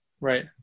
Right